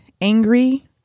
angry